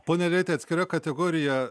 pone iljeiti atskira kategorija